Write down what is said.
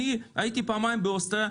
אני הייתי פעמיים באוסטריה,